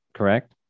correct